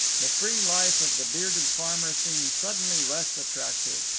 the free life of the bearded farmer seemed suddenly less attractive.